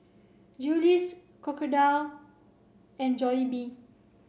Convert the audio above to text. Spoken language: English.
Julie's Crocodile and Jollibee